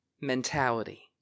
mentality